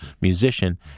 musician